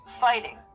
fighting